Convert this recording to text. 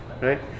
right